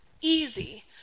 easy